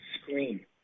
screen